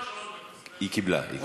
תן לה עוד שלוש דקות, היא קיבלה, היא קיבלה.